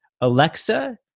Alexa